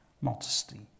modesty